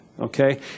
Okay